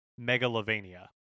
Megalovania